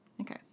Okay